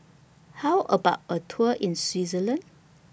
How about A Tour in Switzerland